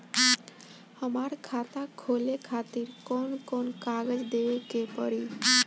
हमार खाता खोले खातिर कौन कौन कागज देवे के पड़ी?